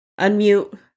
unmute